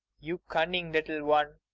you cunning little one.